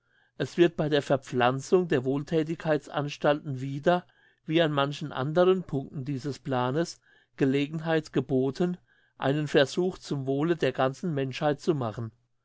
es wird bei der verpflanzung der wohlthätigkeitsanstalten wieder wie an manchen anderen punkten dieses planes gelegenheit geboten einen versuch zum wohle der ganzen menschheit zu machen